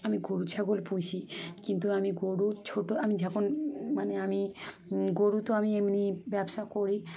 আমি গরু ছাগল পুষি কিন্তু আমি গরুর ছোটো আমি যখন মানে আমি গরু তো আমি এমনি ব্যবসা করি